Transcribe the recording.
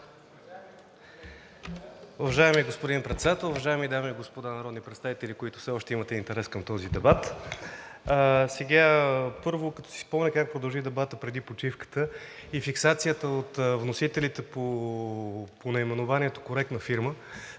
Уважаеми господин Председател, уважаеми дами и господа народни представители, които все още имате интерес към този дебат. Първо, като си спомня как продължи дебатът преди почивката и фиксацията от вносителите по наименованието коректна фирма,